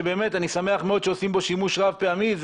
שבאמת אני שמח מאוד שעושים בו שימוש רב פעמי,